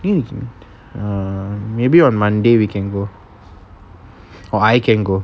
mm err maybe on monday we can go or I can go